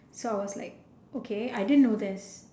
so I was like okay I didn't know this